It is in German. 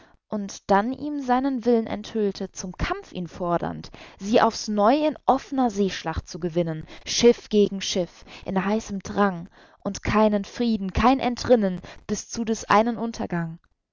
und dann ihm seinen will'n enthüllte zum kampf ihn fordernd sie aufs neu in offner seeschlacht zu gewinnen schiff gegen schiff in heißem drang und keinen frieden kein entrinnen bis zu des einen untergang